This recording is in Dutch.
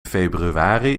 februari